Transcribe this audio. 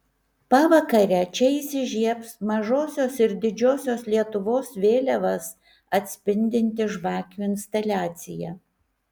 pavakarę čia įsižiebs mažosios ir didžiosios lietuvos vėliavas atspindinti žvakių instaliacija